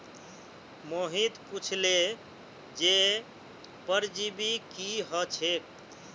मोहित पुछले जे परजीवी की ह छेक